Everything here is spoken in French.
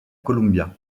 columbia